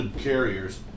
carriers